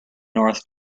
north